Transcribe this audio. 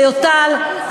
ליוטל,